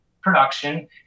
production